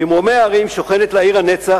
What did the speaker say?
במרומי ההרים שוכנת לה עיר נצח,